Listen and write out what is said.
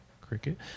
cricket